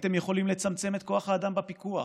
הייתם יכולים לצמצם את כוח האדם בפיקוח.